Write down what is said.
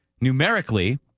numerically